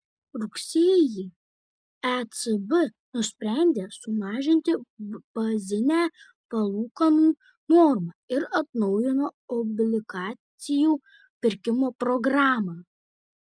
rugsėjį ecb nusprendė sumažinti bazinę palūkanų normą ir atnaujino obligacijų pirkimo programą